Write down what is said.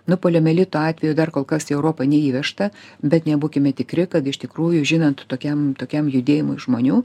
nu poliomielito atvejų dar kol kas į europą neįvežta bet nebūkime tikri kad iš tikrųjų žinant tokiam tokiam judėjimui žmonių